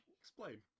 Explain